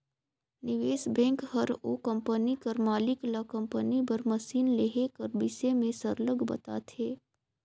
निवेस बेंक हर ओ कंपनी कर मालिक ल कंपनी बर मसीन लेहे कर बिसे में सरलग बताथे